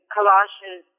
Colossians